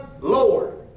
Lord